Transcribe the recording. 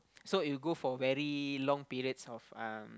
so it'll go for very long periods of um